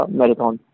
marathon